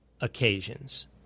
occasions